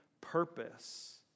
purpose